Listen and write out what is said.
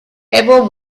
ever